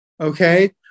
Okay